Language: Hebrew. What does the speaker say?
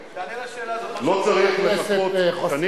שר האוצר וחברי בצוות המומחים שאנחנו